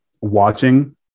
watching